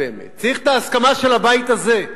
צריך את ההסכמה של הבית הזה,